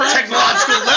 technological